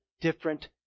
different